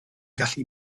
gallu